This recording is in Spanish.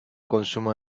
consumo